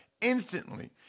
instantly